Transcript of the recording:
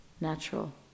natural